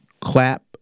clap